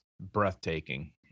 breathtaking